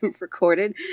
recorded